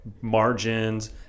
margins